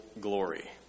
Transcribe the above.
glory